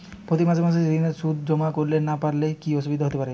প্রতি মাসে মাসে ঋণের সুদ জমা করতে না পারলে কি অসুবিধা হতে পারে?